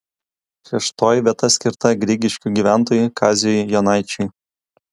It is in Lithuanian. šeštoji vieta skirta grigiškių gyventojui kaziui jonaičiui